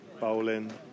bowling